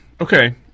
Okay